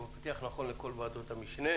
באלול התש"ף.